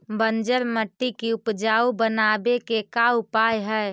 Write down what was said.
बंजर मट्टी के उपजाऊ बनाबे के का उपाय है?